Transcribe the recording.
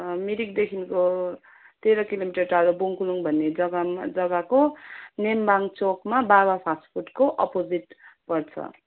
मिरिकदेखिको तेह्र किलोमिटर टाढो बुङ्कुलुङ भन्ने जग्गामा जग्गाको नेम्बाङ चोकमा बाबा फास्ट फुडको अपोजिट पर्छ